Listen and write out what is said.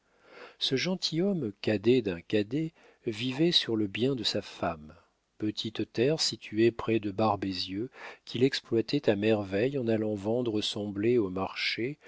ce gentilhomme cadet d'un cadet vivait sur le bien de sa femme petite terre située près de barbezieux qu'il exploitait à merveille en allant vendre son blé au marché